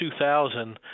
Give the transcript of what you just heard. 2000